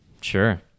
sure